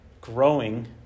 growing